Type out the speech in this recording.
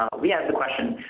um we add the question,